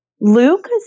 Luke